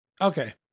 Okay